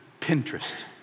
Pinterest